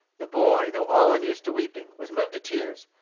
the boy, though all unused to weeping, was moved to tears.